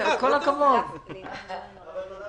קודם